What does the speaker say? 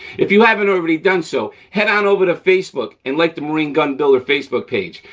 if you haven't already done so, head on over to facebook, and like the marine gun builder facebook page,